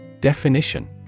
Definition